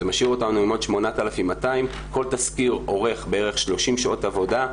זה משאיר אותנו עם עוד 8,200. כל תסקיר עורך בערך 30 שעות עבודה.